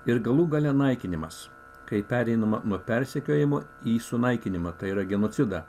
ir galų gale naikinimas kai pereinama nuo persekiojimo į sunaikinimą tai yra genocidą